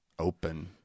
open